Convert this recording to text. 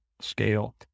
scale